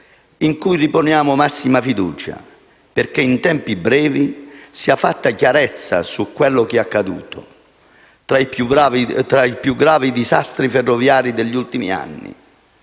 in cui riponiamo massima fiducia, perché in tempi brevi sia fatta chiarezza su quello che è accaduto: uno dei più gravi disastri ferroviari degli ultimi anni.